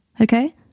okay